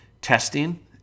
testing